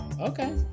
Okay